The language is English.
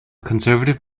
conservative